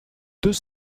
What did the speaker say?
deux